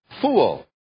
fool